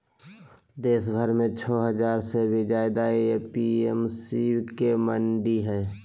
देशभर में छो हजार से ज्यादे ए.पी.एम.सी के मंडि हई